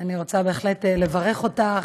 אני רוצה בהחלט לברך אותך.